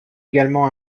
également